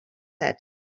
said